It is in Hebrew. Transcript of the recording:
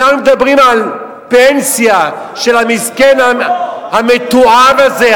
אנחנו מדברים על פנסיה של המסכן המתועב הזה,